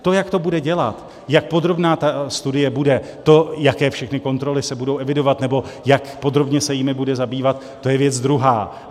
To, jak to bude dělat, jak podrobná ta studie bude, to, jaké všechny kontroly se budou evidovat nebo jak podrobně se jimi bude zabývat, to je věc druhá.